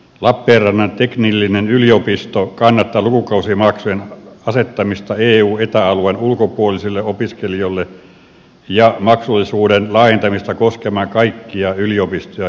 lappeenrannan teknillinen yliopisto kannattaa lukukausimaksujen asettamista eu ja eta alueen ulkopuolisille opiskelijoille ja maksullisuuden laajentamista koskemaan kaikkia yliopistoja ja ammattikorkeakouluja